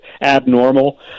abnormal